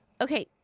Okay